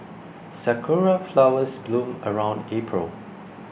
sakura flowers bloom around April